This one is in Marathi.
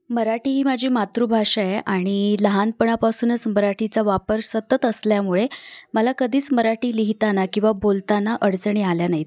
मराठी ही माझी मातृभाषा आहे आणि लहानपणापासूनच मराठीचा वापर सतत असल्यामुळे मला कधीच मराठी लिहिताना किंवा बोलताना अडचणी आल्या नाहीत